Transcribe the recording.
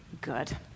good